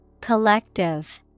Collective